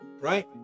Right